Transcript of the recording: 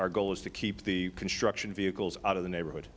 our goal is to keep the construction vehicles out of the neighborhood